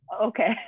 okay